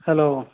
hello